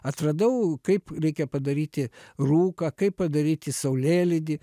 atradau kaip reikia padaryti rūką kaip padaryti saulėlydį